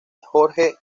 jorge